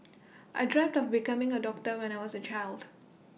I dreamt of becoming A doctor when I was A child